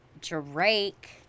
Drake